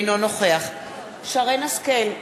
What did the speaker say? אינו נוכח שרן השכל,